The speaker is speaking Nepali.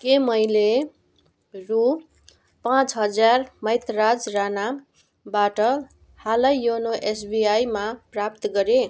के मैले रु पाँच हजार मैतराज राणाबाट हालै योनो एसबिआईमा प्राप्त गरेँ